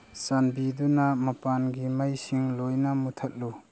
ꯆꯥꯟꯕꯤꯗꯨꯅ ꯃꯄꯥꯟꯒꯤ ꯃꯩꯁꯤꯡ ꯂꯣꯏꯅ ꯃꯨꯊꯠꯂꯨ